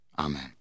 Amen